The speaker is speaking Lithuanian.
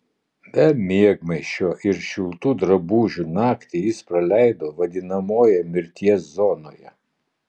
be miegmaišio ir šiltų drabužių naktį jis praleido vadinamojoje mirties zonoje